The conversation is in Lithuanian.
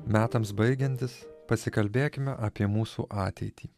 metams baigiantis pasikalbėkime apie mūsų ateitį